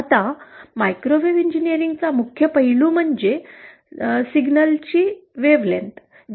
आता मायक्रोवेव्ह इंजिनीअरिंगचा मुख्य पैलू म्हणजे सिग्नलची तरंगलांबी